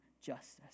justice